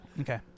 Okay